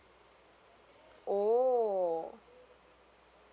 oh